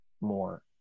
more